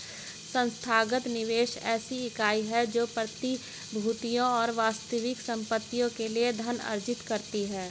संस्थागत निवेशक ऐसी इकाई है जो प्रतिभूतियों और वास्तविक संपत्तियों के लिए धन अर्जित करती है